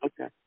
Okay